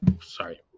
sorry